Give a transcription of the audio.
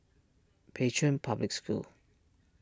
Pei Chun Public School